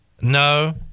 No